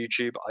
YouTube